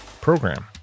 program